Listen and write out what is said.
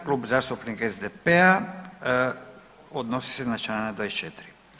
Klub zastupnika SDP-a odnosi se na čl. 24.